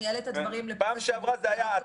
פעם זאת תוכנית היל"ה,